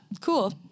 cool